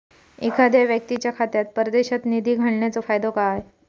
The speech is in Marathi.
एखादो व्यक्तीच्या खात्यात परदेशात निधी घालन्याचो फायदो काय?